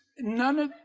none